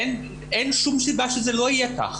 אין שום סיבה שזה לא יהיה כך,